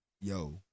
yo